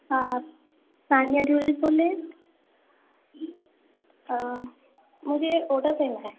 آپ ثانیہ جیولس بول رہے ہیں مجھے آڈر کرنا ہے